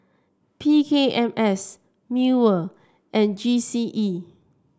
P K M S MEWR and G C E